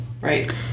right